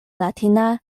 latina